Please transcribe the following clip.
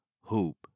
hoop